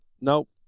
Nope